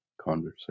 conversation